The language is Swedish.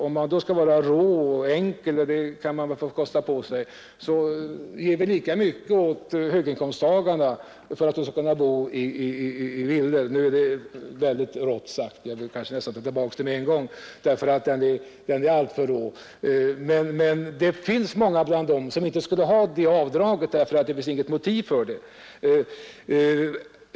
Om man då vill vara rå och enkel, och det kan man väl få kosta på sig, kan man säga att vi ger lika mycket till höginkomsttagarna för att de skall kunna bo i villor. Det är väldigt rått sagt, och jag vill nästan ta tillbaka det med en gång, för det är ett alltför rått påstående. Det finns dock många bland höginkomsttagarna som inte borde ha detta avdrag, eftersom det inte finns något motiv för det.